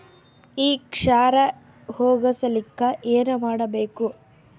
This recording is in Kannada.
ಈ ಕ್ಷಾರ ಹೋಗಸಲಿಕ್ಕ ಏನ ಮಾಡಬೇಕು?